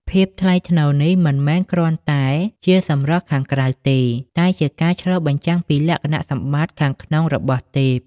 ភាពថ្លៃថ្នូរនេះ មិនមែនគ្រាន់តែជាសម្រស់ខាងក្រៅទេ តែជាការឆ្លុះបញ្ចាំងពីលក្ខណៈសម្បត្តិខាងក្នុងរបស់ទេព។